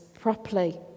properly